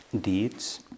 deeds